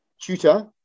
tutor